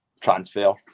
transfer